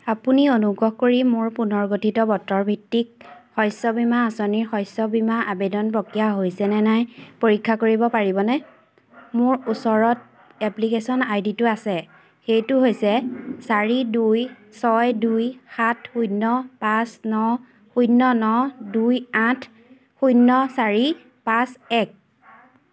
আপুনি অনুগ্ৰহ কৰি মোৰ পুনৰ গঠিত বতৰ ভিত্তিক শস্য বীমা আঁচনি শস্য বীমা আবেদন প্ৰক্ৰিয়া কৰা হৈছে নে নাই পৰীক্ষা কৰিব পাৰিবনে মোৰ ওচৰত এপ্লিকেচন আই ডিটো আছে সেইটো হৈছে চাৰি দুই ছয় দুই সাত শূন্য পাঁচ ন শূন্য ন দুই আঠ শূন্য চাৰি পাঁচ এক